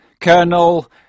Colonel